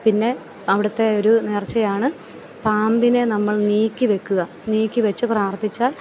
പിന്നെ അവിടത്തെ ഒരു നേർച്ചയാണ് പാമ്പിനെ നമ്മൾ നീക്കി വെക്കുക നീക്കി വെച്ച് പ്രാർത്ഥിച്ചാൽ